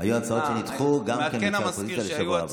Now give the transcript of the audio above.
היו הצעות שנדחו, גם של האופוזיציה, לשבוע הבא.